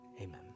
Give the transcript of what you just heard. Amen